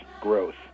growth